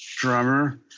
drummer